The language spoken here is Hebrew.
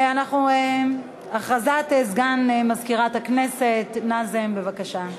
הודעה לסגן מזכירת הכנסת, נאזם, בבקשה.